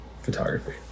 photography